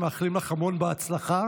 מאחלים לך המון הצלחה.